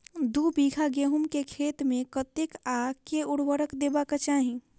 दु बीघा गहूम केँ खेत मे कतेक आ केँ उर्वरक देबाक चाहि?